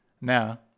now